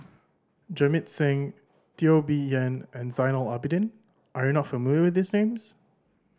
Jamit Singh Teo Bee Yen and Zainal Abidin are you not familiar with these names